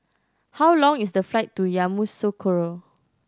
how long is the flight to Yamoussoukro